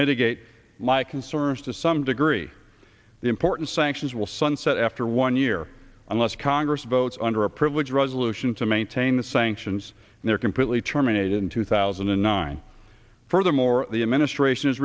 mitigate like concerns to some degree the important sanctions will sunset after one year unless congress votes under a privilege resolution to maintain the sanctions and they are completely terminated in two thousand and nine furthermore the administration is